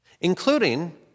including